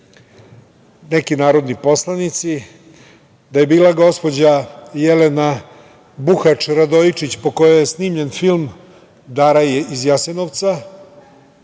neki narodni poslanici, da je bila gospođa Jelena Buhač Radojičić, po kojoj je snimljen film „Dara iz Jasenovca“,